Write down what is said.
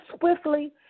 swiftly